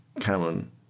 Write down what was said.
Cameron